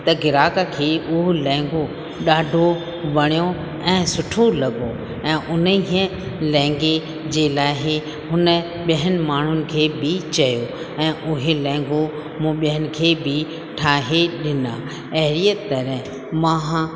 त ग्राहक खे उहो लहंगो ॾाढो वणियो ऐं सुठो लॻो ऐं उन ई लहंगे जे लाइ हुन ॿियनि माण्हुनि खे बि चयो ऐं उहे लहंगो मूं ॿियनि खे बि ठाहे ॾिना अहिड़ीअ तरह मां